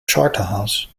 charterhouse